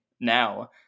now